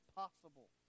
possible